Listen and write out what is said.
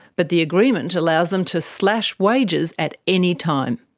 but the agreement allows them to slash wages at any time.